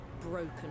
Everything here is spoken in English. broken